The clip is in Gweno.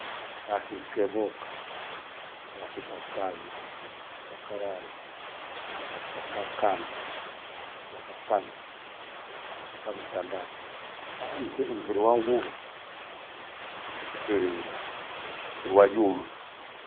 Kathi kephoka, kathi kavi, kathi kakararu, kathi ti- kakana, kathi kakatana, kathi kamtandatu, aaaah! mfiri- mfiri wa ngupho, mfiri- mfiri wa juma.